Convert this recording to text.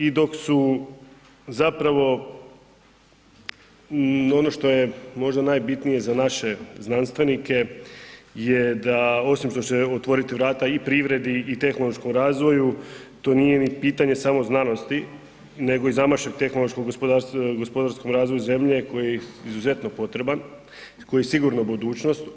I dok su zapravo, ono što je možda najbitnije za naše znanstvenike je da osim što će otvoriti vrata i privredi i tehnološkom razvoju, to nije ni pitanje samo znanosti nego i zamašak tehnološkom gospodarskom razvoju zemlje koji je izuzetno potreban, koji je sigurna budućnost.